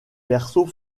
berceaux